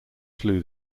flew